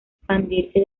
expandirse